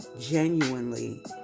genuinely